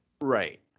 Right